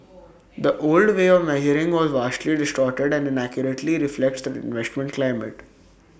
the old way of measuring was vastly distorted and inaccurately reflects the investment climate